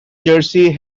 jersey